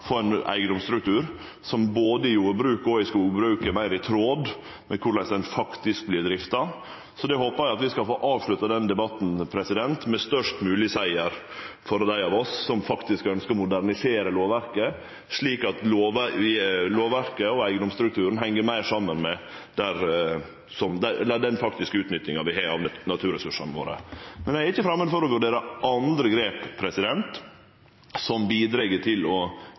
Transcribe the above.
få ein eigedomsstruktur som både i jordbruket og i skogbruket er meir i tråd med korleis han faktisk vert drifta. Eg håpar at vi skal få avslutta den debatten med størst mogleg siger for dei av oss som faktisk ønskjer å modernisere lovverket, slik at lovverket og eigedomsstrukturen heng meir saman med den faktiske utnyttinga vi har av naturressursane våre. Eg er ikkje framand for å vurdere andre grep som bidreg til å